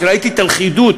ראיתי את הלכידות,